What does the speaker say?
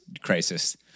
crisis